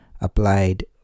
applied